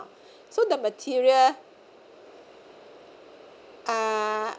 so the material uh